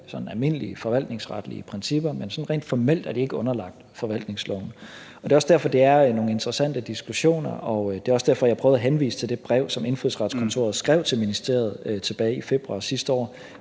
almindelige forvaltningsretlige principper, men rent formelt er de ikke underlagt forvaltningsloven. Det er også derfor, det er nogle interessante diskussioner, og det er også derfor, jeg prøvede at henvise til det brev, som Indfødsretskontoret skrev til ministeriet tilbage i februar sidste år,